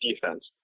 defense